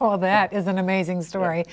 all of that is an amazing story